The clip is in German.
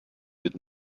mit